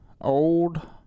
old